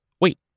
wait